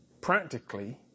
practically